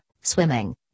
swimming